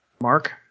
Mark